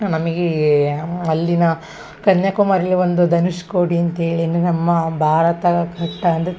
ನಮಗೆ ಅಲ್ಲಿನ ಕನ್ಯಾಕುಮಾರಿಲಿ ಒಂದು ಧನುಶ್ಕೋಡಿ ಅಂತ್ಹೇಳಿಯೂ ನಮ್ಮ ಭಾರತ ಕಟ್ಟ ಅಂದ್ರೆ